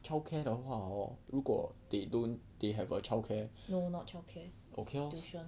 child care 的话 hor 如果 they don't they have a childcare okay lor